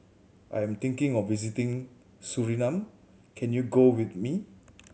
I am thinking of visiting Suriname can you go with me